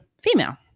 female